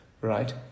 right